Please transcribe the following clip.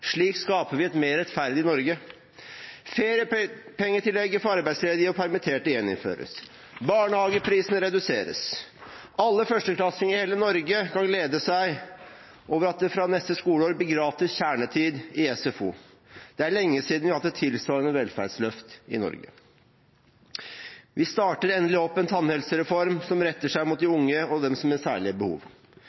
Slik skaper vi et mer rettferdig Norge. Feriepengetillegget for arbeidsledige og permitterte gjeninnføres. Barnehageprisene reduseres. Alle førsteklassinger i hele Norge kan glede seg over at det fra neste skoleår blir gratis kjernetid i SFO. Det er lenge siden vi har hatt et tilsvarende velferdsløft i Norge. Vi starter endelig opp en tannhelsereform som retter seg mot de unge og dem med særlige behov.